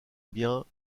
biens